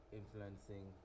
influencing